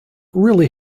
really